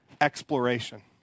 exploration